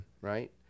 right